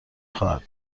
خواهد